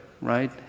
right